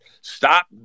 Stop